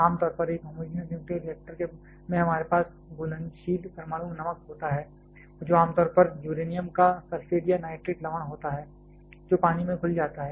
आम तौर पर एक होमोजीनियस न्यूक्लियर रिएक्टर में हमारे पास घुलनशील परमाणु नमक होता है जो आमतौर पर यूरेनियम का सल्फेट या नाइट्रेट लवण होता है जो पानी में घुल जाता है